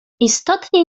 istotnie